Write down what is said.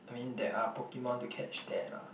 I mean there are Pokemon to catch there lah